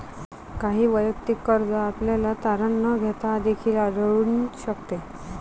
काही वैयक्तिक कर्ज आपल्याला तारण न घेता देखील आढळून शकते